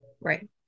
right